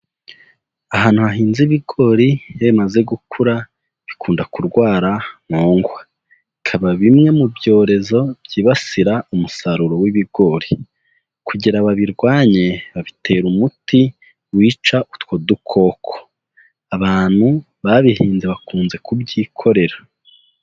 Ahantu hahinze ibigori, iyo bimaze gukura bikunda kurwara nkogwa. Bikaba bimwe mu byorezo byibasira umusaruro w'ibigori. Kugira babirwanye babitera umuti wica utwo dukoko. Abantu babihinze bakunze kubyikorera.